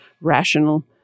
rational